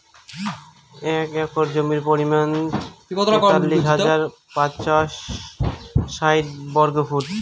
এক একর জমির পরিমাণ তেতাল্লিশ হাজার পাঁচশ ষাইট বর্গফুট